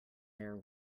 their